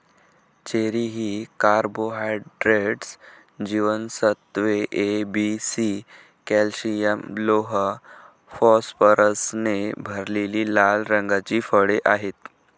cherry ही carbohydrates, जीवनसत्त्वे A, B, C, calcium, लोह, फॉस्फरसने भरलेली लाल रंगाची फळे आहेत